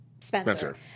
Spencer